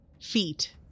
feet